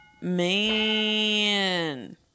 man